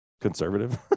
conservative